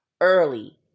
early